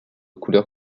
couleur